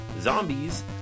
Zombies